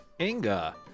inga